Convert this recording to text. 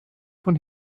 von